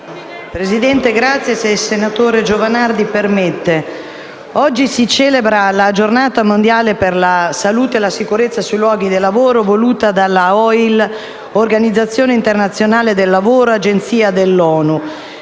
Presidente, intervengo, se il senatore Giovanardi permette. Oggi si celebra la Giornata mondiale per la salute e la sicurezza sui luoghi di lavoro voluta dalla OIL, Organizzazione internazionale del lavoro, agenzia dell'ONU.